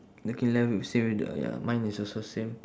looking left we same uh ya mine is also same